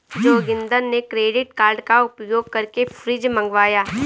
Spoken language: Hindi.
जोगिंदर ने क्रेडिट कार्ड का उपयोग करके फ्रिज मंगवाया